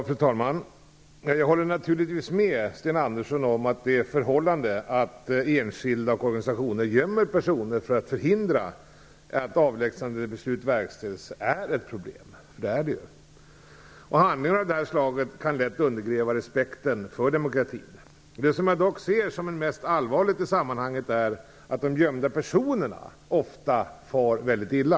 Fru talman! Jag håller naturligtvis med Sten Andersson om att det förhållandet att enskilda och organisationer gömmer personer för att förhindra att avlägsnandebeslut verkställs är ett problem. Handlingar av det slaget kan lätt undergräva respekten för demokratin. Det som jag dock ser som allvarligast i sammanhanget är att de gömda personerna ofta far väldigt illa.